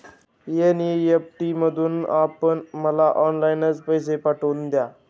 NEFT मधून आपण मला ऑनलाईनच पैसे पाठवून द्या